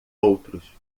outros